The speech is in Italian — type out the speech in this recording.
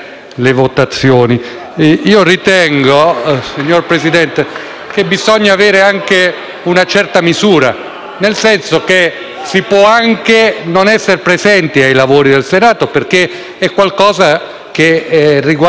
che bisogna avere anche una certa misura. Si può anche non essere presenti ai lavori del Senato, perché è qualcosa che riguarda ciascuno di noi, ma francamente farlo